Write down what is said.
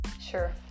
Sure